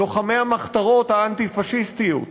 לוחמי המחתרות האנטי-פאשיסטיות,